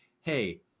hey